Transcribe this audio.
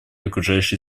окружающей